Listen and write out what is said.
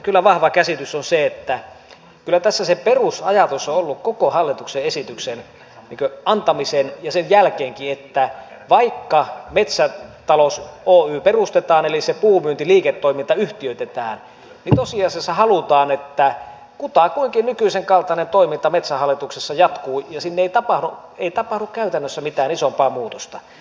minun vahva käsitykseni on kyllä se että tässä se perusajatus on ollut koko hallituksen esityksen antamisen yhteydessä ja sen jälkeenkin että vaikka metsätalous oy perustetaan eli se puumyyntiliiketoiminta yhtiöitetään niin tosiasiassa halutaan että kutakuinkin nykyisen kaltainen toiminta metsähallituksessa jatkuu ja ei tapahdu käytännössä mitään isompaa muutosta